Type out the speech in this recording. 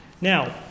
Now